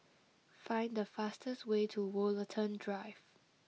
find the fastest way to Woollerton Drive